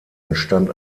entstand